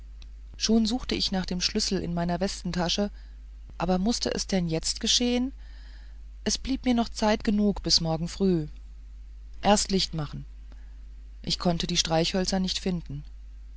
schon suchte ich nach dem schlüssel in meiner westentasche aber mußte es denn jetzt geschehen es blieb mir doch zeit genug bis morgen früh erst licht machen ich konnte die streichhölzer nicht finden